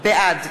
בעד